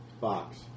box